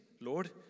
Lord